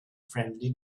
friendly